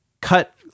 cut